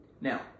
Now